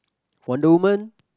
Wonder-woman